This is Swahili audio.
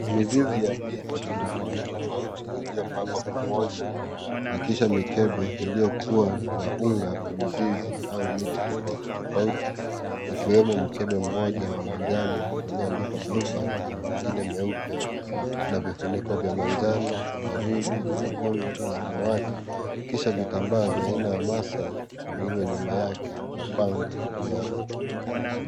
Mizizi ya miti tofauti tofauti iliyopangwa pamoja na kisha mikebe iliyo kuwa na unga wa mizizi au miti tofauti tofauti ikiwemo mkebe mmoja wa manjano ulioandikwa blueband na wengine meupe na vifuniko vya manjano, waridi, nyekundu na samawati. Kisha vitambaa vya aina ya maasai vilivyo nyuma yake na panga juu yao.